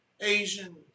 Asian